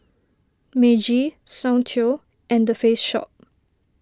Meiji Soundteoh and the Face Shop